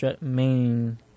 main